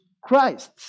Christ